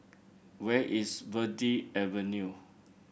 where is Verde Avenue